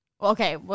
Okay